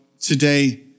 today